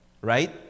right